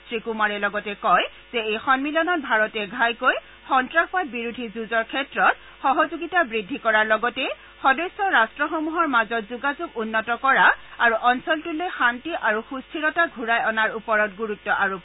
শ্ৰী কুমাৰে লগতে কয় যে এই সম্মিলনত ভাৰতে ঘাইকৈ সন্তাসবাদ বিৰোধী যুঁজৰ ক্ষেত্ৰত সহযোগিতা বৃদ্ধি কৰাৰ লগতে সদস্য ৰাষ্ট্ৰসমূহৰ মাজত যোগাযোগ উন্নত কৰা আৰু অঞ্চলটোলৈ শান্তি আৰু সুস্থিৰতা ঘূৰাই অনাৰ ওপৰত গুৰুত্ব আৰোপ কৰিব